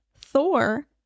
Thor